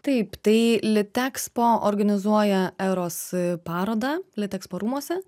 taip tai litekspo organizuoja eros parodą litekspo rūmuose